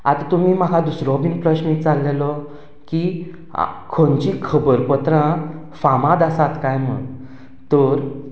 आतां तुमी म्हाका दुसरोय बी प्रश्न विचारिल्लो की खंयचीं खबरापत्रां फामाद आसात काय म्हूण तर